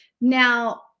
Now